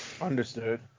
Understood